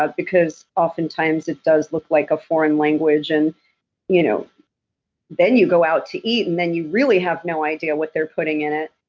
because oftentimes it does look like a foreign language, and you know then you go out to eat, and then you really have no idea what they're putting in it.